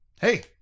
hey